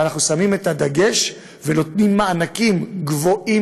אנחנו שמים את הדגש ונותנים מענקים גבוהים